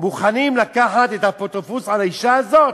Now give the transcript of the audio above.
מוכנים לקחת אפוטרופסות על האישה הזאת.